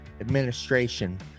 Administration